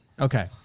Okay